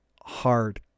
hard